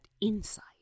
insight